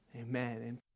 Amen